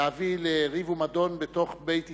להביא לריב ומדון בתוך בית ישראל.